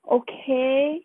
okay